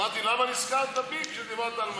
שאלתי למה נזכרת בי כשדיברת על מזון.